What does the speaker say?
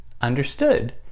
understood